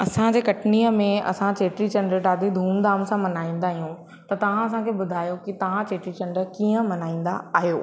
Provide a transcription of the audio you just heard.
असांजे कटनीअ में असां चेटी चंडु ॾाढी धूमधाम सां मल्हाईंदा आहियूं त तव्हां असांखे ॿुधायो कि तव्हां चेटी चंडु कीअं मल्हाईंदा आहियो